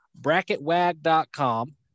Bracketwag.com